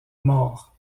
mort